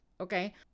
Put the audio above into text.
Okay